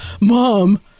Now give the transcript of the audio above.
Mom